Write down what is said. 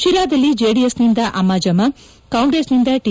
ಶಿರಾದಲ್ಲಿ ಜೆಡಿಎಸ್ನಿಂದ ಅಮ್ಮಾಜಮ್ಮ ಕಾಂಗ್ರೆಸ್ನಿಂದ ಟಿ